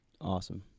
Awesome